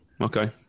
Okay